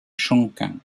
chongqing